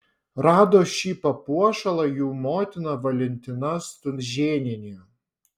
rado šį papuošalą jų motina valentina stunžėnienė